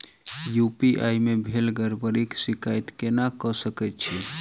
UPI मे भेल गड़बड़ीक शिकायत केना कऽ सकैत छी?